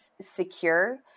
secure